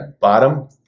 Bottom